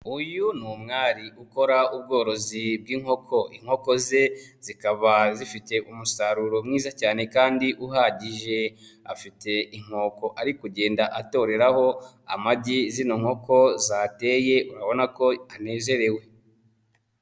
Uyu ni umwari ukora ubworozi bw'inkoko, inkoko ze zikaba zifite umusaruro mwiza cyane kandi uhagije, afite inkoko ari kugenda atoreraho amagi zino nkoko zateye ubona ko anezerewe.